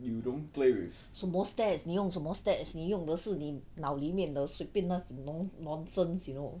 you don't play with